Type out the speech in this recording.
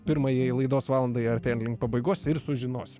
pirmajai laidos valandai artėjant link pabaigos ir sužinosi